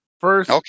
First